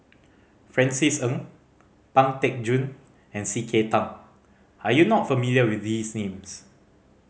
Francis Ng Pang Teck Joon and C K Tang are you not familiar with these names